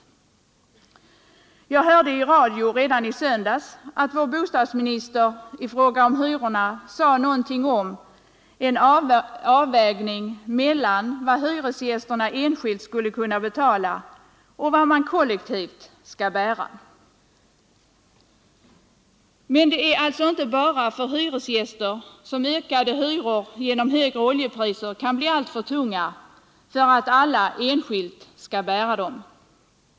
Redan i söndags hörde jag i radio att vår bostadsminister i fråga om hyrorna sade någonting om en avvägning mellan vad hyresgästerna enskilt skulle kunna betala och de kostnader som skall bäras kollektivt. Men det är inte bara för hyresgäster som höjda hyror genom ökade oljepriser kan bli alltför tunga för att alla enskilt skall kunna bära dem.